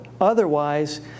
Otherwise